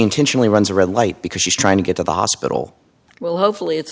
intentionally runs a red light because she's trying to get to the hospital well hopefully it's